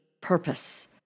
purpose